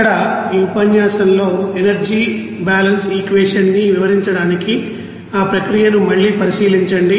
ఇక్కడ ఈ ఉపన్యాసంలోఎనర్జీ బాలన్స్ఈక్వేషన్ న్ని వివరించడానికి ఆ ప్రక్రియను మళ్లీ పరిశీలించండి